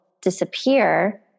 disappear